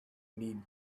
need